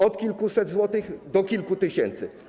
Od kilkuset złotych do kilku tysięcy.